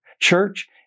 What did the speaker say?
Church